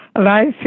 Life